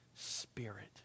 Spirit